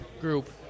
group